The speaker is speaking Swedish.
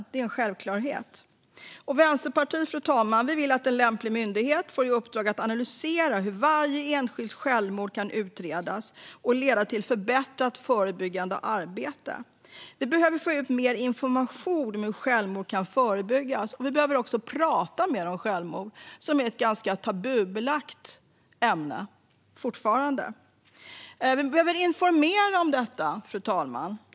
Detta är en självklarhet. Fru talman! Vänsterpartiet vill att en lämplig myndighet får i uppdrag att analysera hur varje enskilt självmord kan utredas och leda till ett förbättrat förebyggande arbete. Vi behöver få ut mer information om hur självmord kan förebyggas. Vi behöver också prata mer om självmord. Det är fortfarande ett ganska tabubelagt ämne. Fru talman!